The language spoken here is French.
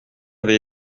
avait